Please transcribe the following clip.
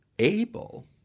Able